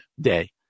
day